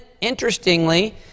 interestingly